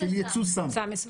לייצא סם.